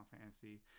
Fantasy